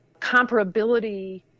comparability